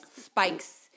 spikes